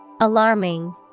Alarming